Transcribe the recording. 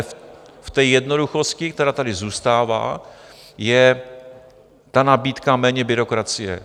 V té jednoduchosti, která tady zůstává, je nabídka méně byrokracie.